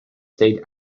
stayed